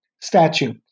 statue